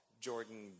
Jordan